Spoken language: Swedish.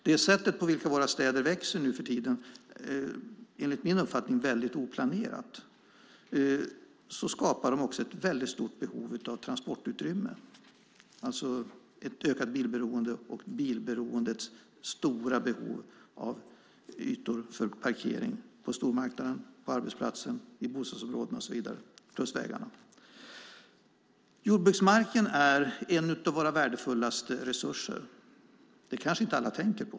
Det sätt på vilket våra städer växer nu för tiden - enligt min uppfattning oplanerat - skapar ett stort behov av transportutrymme, det vill säga ett ökat bilberoende och bilberoendets stora behov av ytor för vägar och för parkering på stormarknaden, på arbetsplatsen, i bostadsområden och så vidare. Jordbruksmarken är en av våra värdefullaste resurser. Det kanske inte alla tänker på.